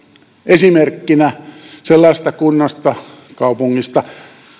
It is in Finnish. esimerkkinä sellaisesta kunnasta tai kaupungista